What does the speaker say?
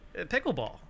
Pickleball